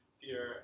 fear